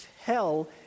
Hell